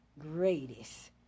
greatest